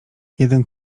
jeden